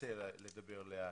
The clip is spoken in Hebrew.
אנסה לדבר לאט.